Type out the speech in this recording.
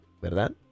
¿verdad